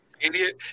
idiot